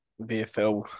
VFL